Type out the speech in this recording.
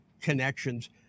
connections